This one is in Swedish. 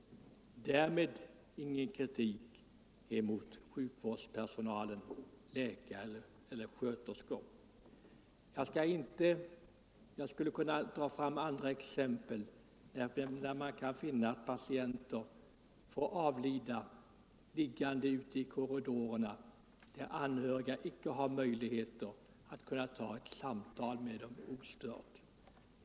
Därmed ingen kritik mot sjukvårdspersonalen, läkare och sköterskor. Jag skulle kunna dra fram andra exempel på hur man kan finna döende patienter liggande ute i korridorerna, där anhöriga icke har möjligheter att ostört föra ett samtal med dem.